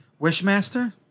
Wishmaster